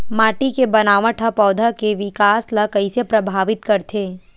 माटी के बनावट हा पौधा के विकास ला कइसे प्रभावित करथे?